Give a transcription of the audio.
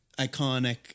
iconic